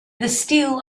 steel